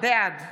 בעד